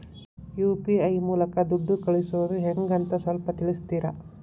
UPI ಮೂಲಕ ದುಡ್ಡು ಕಳಿಸೋದ ಹೆಂಗ್ ಅಂತ ಸ್ವಲ್ಪ ತಿಳಿಸ್ತೇರ?